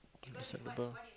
simple